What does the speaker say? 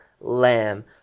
lamb